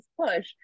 push